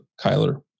Kyler